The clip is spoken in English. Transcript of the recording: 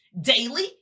daily